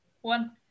one